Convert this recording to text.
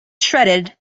shredded